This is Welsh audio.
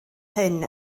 hyn